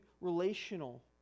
relational